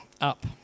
up